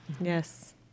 Yes